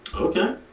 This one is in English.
Okay